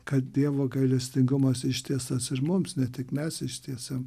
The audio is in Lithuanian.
kad dievo gailestingumas ištiestas ir mums ne tik mes ištiesiam